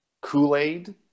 Kool-Aid